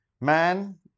man